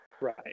Right